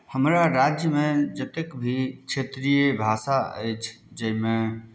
हमरा राज्यमे जतेक भी क्षेत्रिय भाषा अछि जाहिमे